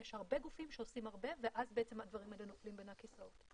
יש הרבה גופים שעושים הרבה ואז בעצם הדברים האלה נופלים בין הכיסאות.